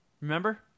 Remember